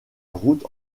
route